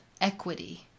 equity